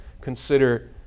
consider